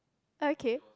okay